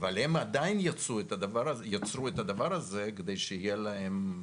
אבל הם עדיין יצרו את הדבר הזה כדי שיהיה להם,